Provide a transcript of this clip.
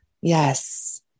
Yes